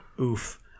Oof